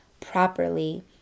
properly